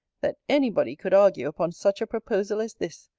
that any body could argue upon such a proposal as this!